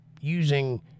Using